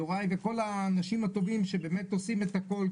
יוראי ולכל האנשים הטובים שבאמת עושים הכול.